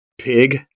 pig